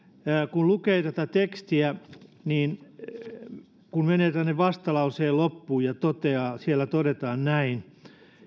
kun lukee tätä tekstiä ja menee vastalauseen loppuun siellä todetaan näin